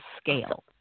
scale